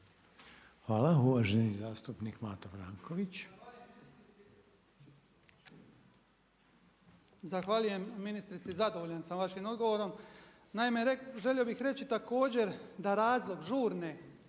Hvala. Uvaženi zastupnik Mato Franković. **Franković, Mato (HDZ)** Zahvaljujem ministrici. Zadovoljan sam vašim odgovorom. Naime, želio bih reći također da razlog žurne